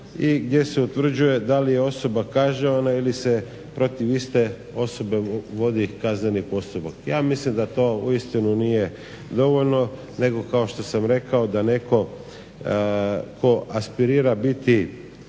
i gdje se utvrđuje da li je osoba kažnjavana ili se protiv iste osobe vodi kazneni postupak. Ja mislim da to uistinu nije dovoljno, nego kao što sam rekao da netko tko aspirira biti